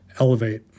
elevate